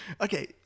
Okay